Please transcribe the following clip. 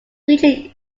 region